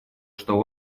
что